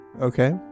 Okay